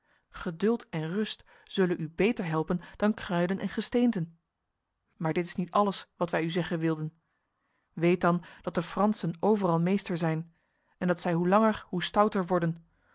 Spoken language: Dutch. geduld en rust zullen u beter helpen dan kruiden en gesteenten maar dit is niet alles wat wij u zeggen wilden weet dan dat de fransen overal meester zijn en dat zij hoe langer hoe stouter worden